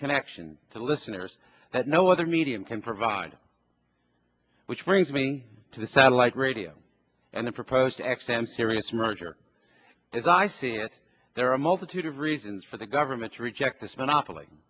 connection to listeners that no other medium can provide which brings me to the satellite radio and the proposed to x m sirius merger as i see it there are a multitude of reasons for the government to reject this monopoly